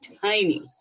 tiny